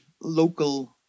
local